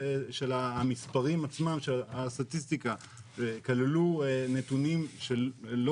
המספרים עצמם של הסטטיסטיקה כללו נתונים שלא